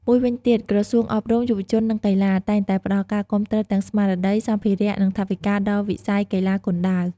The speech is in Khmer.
មួយវិញទៀត ក្រសួងអប់រំ យុវជន និងកីឡា តែងតែផ្តល់ការគាំទ្រទាំងស្មារតី សម្ភារៈ និងថវិកាដល់វិស័យកីឡាគុនដាវ។